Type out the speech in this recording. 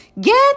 Get